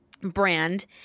brand